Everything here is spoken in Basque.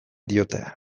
diote